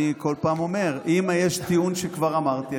כל פעם אני אומר שאם יש טיעון שכבר אמרתי,